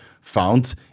found